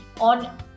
on